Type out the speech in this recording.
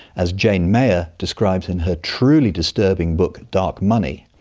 as jane mayer describes in her truly disturbing book dark money,